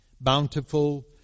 bountiful